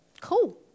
cool